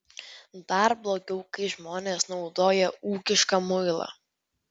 dar blogiau kai žmonės naudoja ūkišką muilą